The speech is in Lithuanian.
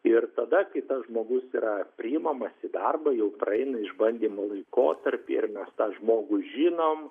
ir tada kai tas žmogus yra priimamas į darbą jau praeina išbandymo laikotarpį ir mes tą žmogų žinom